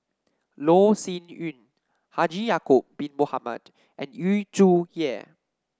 Loh Sin Yun Haji Ya'acob Bin Mohamed and Yu Zhuye